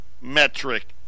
metric